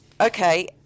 Okay